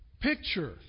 picture